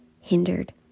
hindered